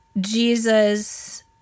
Jesus